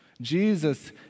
Jesus